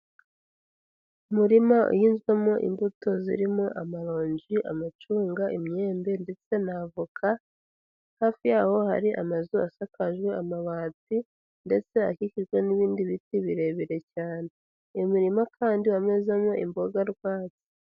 Umurima uhinzwemo imbuto zirimo amaronji, amacunga, imyembe ndetse na avoka. Hafi yaho hari amazu asakajwe amabati ndetse akikijwe n'ibindi biti birebire cyane. Imirima kandi yamezemo imboga rwatsi.